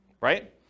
right